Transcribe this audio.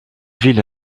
ville